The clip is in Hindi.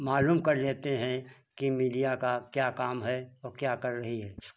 मालूम कर लेते हैं कि मीडिया का क्या काम है और क्या कर रही है